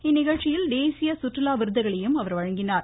இந்நிகழ்ச்சியில் தேசிய சுற்றுலா விருதுகளையும் அவர் வழங்கினார்